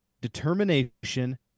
determination